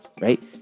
right